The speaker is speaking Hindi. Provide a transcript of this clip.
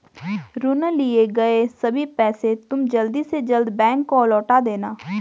ऋण लिए गए सभी पैसे तुम जल्द से जल्द बैंक को लौटा देना